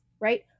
right